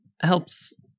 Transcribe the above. helps